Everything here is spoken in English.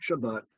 Shabbat